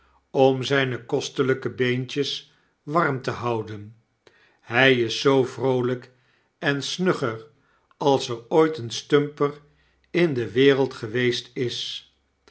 om zyne kostelyke beentjes warm te houden hy is zoo vroolyk en snugger als er ooit een stumper in de wereld geweest is